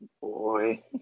Boy